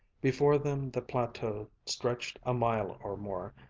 before them the plateau stretched a mile or more,